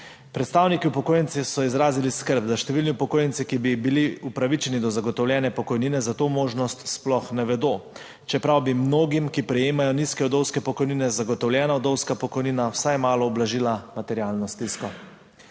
Predstavniki upokojencev so izrazili skrb, da številni upokojenci, ki bi bili upravičeni do zagotovljene pokojnine, za to možnost sploh ne vedo, čeprav bi mnogim, ki prejemajo nizke vdovske pokojnine, zagotovljena vdovska pokojnina vsaj malo ublažila materialno stisko.